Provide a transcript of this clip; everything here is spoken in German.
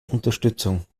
unterstützung